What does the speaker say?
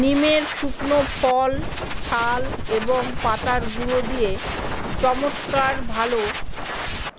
নিমের শুকনো ফল, ছাল এবং পাতার গুঁড়ো দিয়ে চমৎকার ভালো